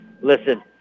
Listen